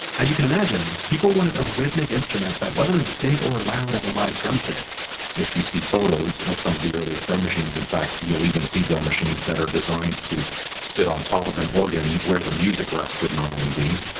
as you can imagine, people wanted a rhythmic instrument that wasn't as big or loud as a live drum kit if you see photos of some of the earliest drum machines, in fact you'll even see drum machines that are designed to sit on top of an organ where the music rest would normally be